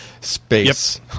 space